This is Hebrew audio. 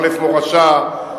מחלף מורשה,